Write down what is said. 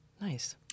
nice